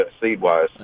seed-wise